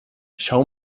schau